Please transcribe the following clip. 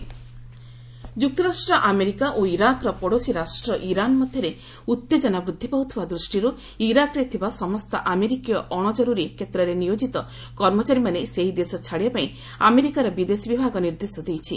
US Iraq Iran ଯୁକ୍ତରାଷ୍ଟ୍ର America ଓ ଇରାକର ପଡ଼ୋଶୀରାଷ୍ଟ୍ର ଇରାନ ମଧ୍ୟରେ ଉତ୍ତେଜନା ବୃଦ୍ଧି ପାଉଥିବା ଦୃଷ୍ଟିରୁ ଇରାକରେ ଥିବା ସମସ୍ତ ଆମେରିକୀୟ ଅଣଜରୁରୀ କ୍ଷେତ୍ରରେ ନିୟୋଜିତ କର୍ମଚାରୀମାନେ ସେହି ଦେଶ ଛାଡ଼ିବା ପାଇଁ ଆମେରିକାର ବିଦେଶ ବିଭାଗ ନିର୍ଦ୍ଦେଶ ଦେଇଛି